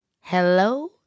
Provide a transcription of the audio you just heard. Hello